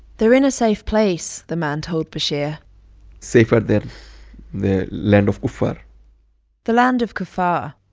they're in a safe place, the man told bashir safer than the land of kuffar the land of kuffar,